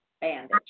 bandage